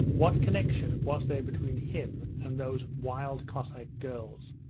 what connexion was there between him and those wild cossack girls?